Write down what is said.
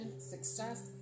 success